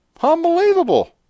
Unbelievable